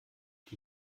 die